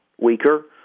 weaker